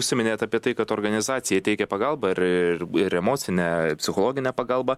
užsiminėt apie tai kad organizacija teikia pagalbą ir ir emocinę psichologinę pagalbą